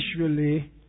visually